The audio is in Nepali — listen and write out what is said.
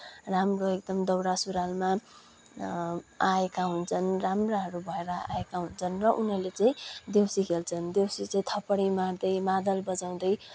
राम्रो एकदम दौरा सुरूवालमा आएका हुन्छन् र राम्राहरू भएर आएका हुन्छन् र उनीहरूले चाहिँ देउसी खेल्छन् देउसी चाहिँ थप्पडी मार्दै मादल बजाउँदै